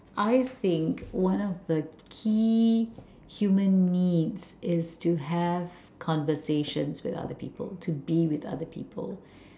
I think one of the key human needs is to have conversations with other people to be with other people